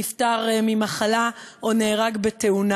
נפטר ממחלה או נהרג בתאונה.